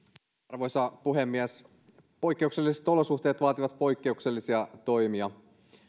arvoisa puhemies poikkeukselliset olosuhteet vaativat poikkeuksellisia toimia